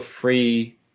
free –